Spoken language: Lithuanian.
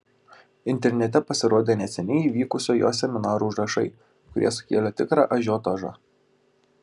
internete pasirodė neseniai įvykusio jo seminaro užrašai kurie sukėlė tikrą ažiotažą